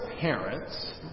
parents